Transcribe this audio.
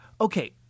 Okay